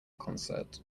concert